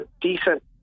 decent